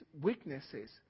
weaknesses